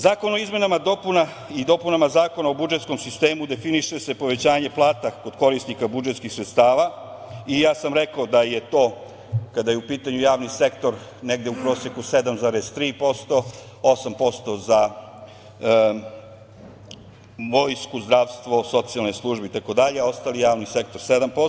Zakonom o izmenama i dopunama Zakona o budžetskom sistemu definiše se povećanje plata kod korisnika budžetskih sredstava i ja sam rekao da je to kada je u pitanju javni sektor negde u proseku 7,3%, 8% za vojsku, zdravstvo, socijalne službe itd. a ostali javni sektor 7%